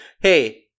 Hey